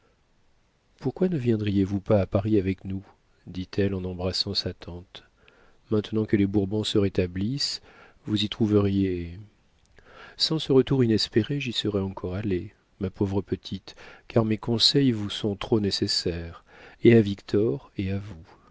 pourquoi ne viendriez vous pas à paris avec nous dit-elle en embrassant sa tante maintenant que les bourbons se rétablissent vous y trouveriez sans ce retour inespéré j'y serais encore allée ma pauvre petite car mes conseils vous sont trop nécessaires et à victor et à vous